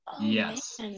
Yes